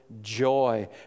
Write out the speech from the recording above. joy